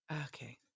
Okay